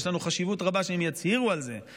ויש חשיבות רבה שהם יצהירו על זה,